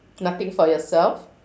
nothing for yourself